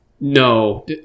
No